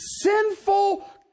sinful